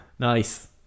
nice